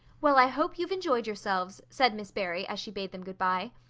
well, i hope you've enjoyed yourselves, said miss barry, as she bade them good-bye.